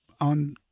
on